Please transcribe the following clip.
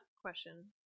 question